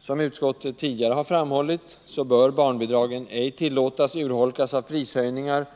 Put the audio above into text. ”Som utskottet tidigare har framhållit bör barnbidragen ej tillåtas urholkas av prishöjningar.